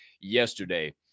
yesterday